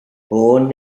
born